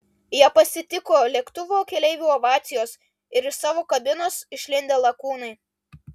ją pasitiko lėktuvo keleivių ovacijos ir iš savo kabinos išlindę lakūnai